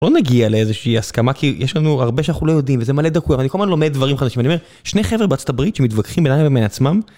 לא נגיע לאיזושהי הסכמה, כי יש לנו הרבה שאנחנו לא יודעים וזה מלא דקויות, אבל אני כל הזמן לומד דברים חדשים, אני אומר, שני חבר'ה בארצות הברית שמתווכחים בינם לבין עצמם...